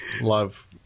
love